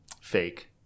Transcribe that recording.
Fake